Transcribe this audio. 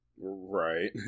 Right